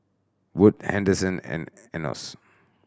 Wood Henderson and Enos